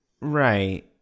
Right